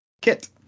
Kit